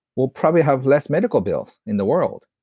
we'll probably have less medical bills in the world.